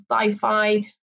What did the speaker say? sci-fi